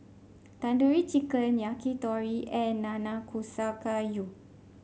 Tandoori Chicken Yakitori and Nanakusa Gayu